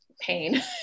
pain